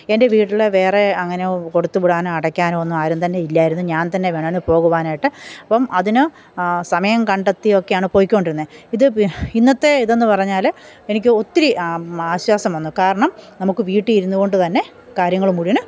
എന്റെ വീട്ടിൽ വേറെ അങ്ങനെ കൊടുത്തുവിടാനോ അടയ്ക്കാനോ ഒന്നും ആരും തന്നെ ഇല്ലായിരുന്നു ഞാന് തന്നെ വേണമായിരുന്നു പോകുവാനായിട്ട് അപ്പം അതിന് സമയം കണ്ടെത്തി ഒക്കെയാണ് പോയിക്കോണ്ടിരുന്നത് ഇത് ഇന്നത്തെ ഇതെന്ന് പറഞ്ഞാൽ എനിക്ക് ഒത്തിരി ആശ്വാസം വന്നു കാരണം നമുക്ക് വീട്ടിൽ ഇരുന്നു കൊണ്ടുതന്നെ കാര്യങ്ങൾ മുഴുവനും